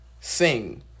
sing